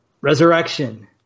resurrection